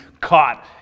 caught